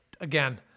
again